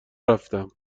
رفتم